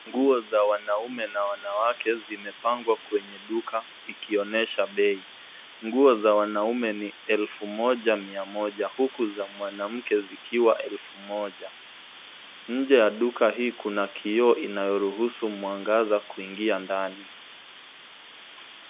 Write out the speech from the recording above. Nguo za wanaume na wanawake zimepangwa kwenye duka ikionyesha bei. Nguo za wanaume ni elfu moja mia moja, huku za mwanamke zikiwa elfu moja. Nje ya duka hii kuna kioo inayoruhusu mwangaza kuingia ndani.